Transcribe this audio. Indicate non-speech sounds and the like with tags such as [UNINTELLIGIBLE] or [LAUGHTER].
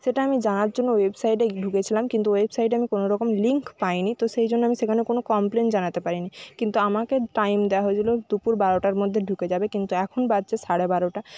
সেটা আমি জানার জন্য ওয়েবসাইটে [UNINTELLIGIBLE] ঢুকেছিলাম কিন্তু ওয়েবসাইটে আমি কোনো রকম লিঙ্ক পাইনি তো সেইজন্যে সেখানে আমি কোনো কমপ্লেন জানাতে পারিনি কিন্তু আমাকে টাইম দেওয়া হয়েছিল দুপুর বারোটার মধ্যে ঢুকে যাবে কিন্তু এখন বাজছে সাড়ে বারোটা